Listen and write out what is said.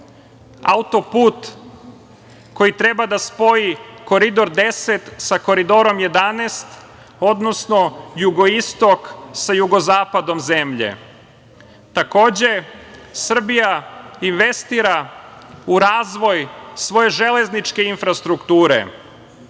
koridor. Autoput koji treba da spoji Koridor 10 sa Koridorom 11, odnosno Jugoistok sa jugozapadom zemlje. Takođe, Srbija investira u razvoj svoje železničke infrastrukture. Svima